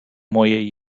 moje